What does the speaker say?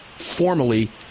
formally